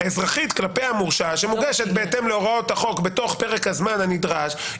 אזרחית כלפי המורשע שמוגשת בהתאם להוראות החוק בתוך פרק הזמן הנדרש.